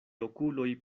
okuloj